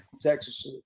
Texas